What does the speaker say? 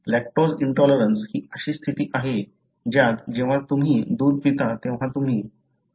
lactose intolerance ही अशी स्थिती आहे ज्यात जेव्हा तुम्ही दूध पिता तेव्हा तुम्ही दूध पचवू शकत नाही